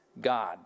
God